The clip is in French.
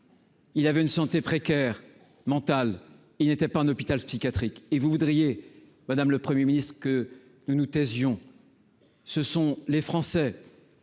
Il avait une santé précaire mental, il n'était pas un hôpital psychiatrique et vous voudriez Madame le 1er Ministre que nous nous Dion, ce sont les Français